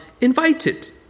Invited